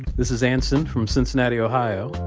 this is anson from cincinnati, ohio.